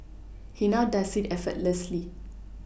he now does it effortlessly